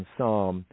Psalm